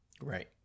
right